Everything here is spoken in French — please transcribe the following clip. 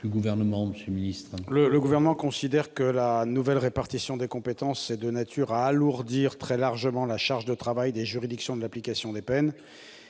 Le Gouvernement considère que la nouvelle répartition des compétences est de nature à alourdir très fortement la charge de travail des juridictions de l'application des peines